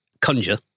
conjure